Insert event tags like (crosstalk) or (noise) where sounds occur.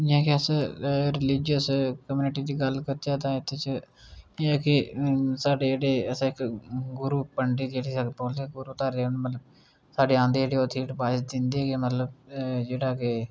जि'यां कि अस रिलीजियस कम्युनिटी दी गल्ल करचै तां एह्दे च एह् ऐ कि साढ़ै जेह्ड़े असें इक गुरू पन्डित जेहड़े (unintelligible) साढ़े गुरू धारे दे होंदे मतलब सारे आंदे जेह्ड़े उत्थें एडवाइस दिंदे के मतलब जेह्ड़ा के